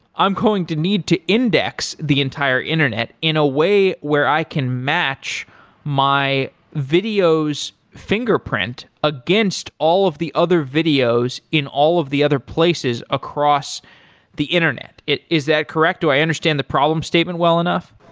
i'm going to need to index the entire internet in a way where i can match my video's fingerprint against all of the other videos in all of the other places across the internet. is that correct? do i understand the problem statement well enough?